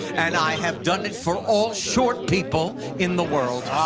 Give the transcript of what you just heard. and i have done it for all short people in the world.